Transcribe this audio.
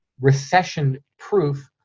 recession-proof